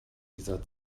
dieser